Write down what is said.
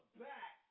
back